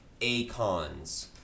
ACONs